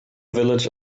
village